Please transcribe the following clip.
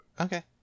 Okay